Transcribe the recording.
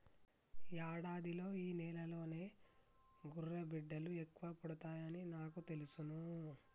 యాడాదిలో ఈ నెలలోనే గుర్రబిడ్డలు ఎక్కువ పుడతాయని నాకు తెలుసును